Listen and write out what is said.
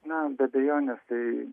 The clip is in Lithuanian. na be abejonės tai